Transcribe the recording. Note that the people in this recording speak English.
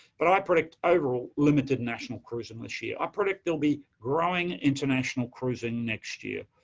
but i predict, overall, limited national cruising this year, i predict there'll be growing international cruising next year.